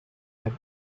have